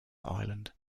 island